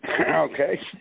Okay